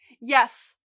Yes